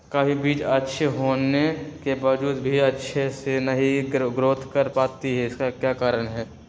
कभी बीज अच्छी होने के बावजूद भी अच्छे से नहीं ग्रोथ कर पाती इसका क्या कारण है?